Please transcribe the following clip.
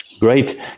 great